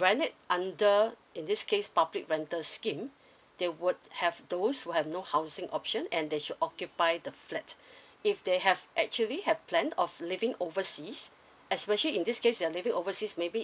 rent it under in this case public rental scheme they would have those who have no housing option and they should occupy the flat if they have actually have plan of living overseas especially in this case they're living overseas maybe